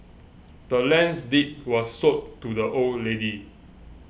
the land's deed was sold to the old lady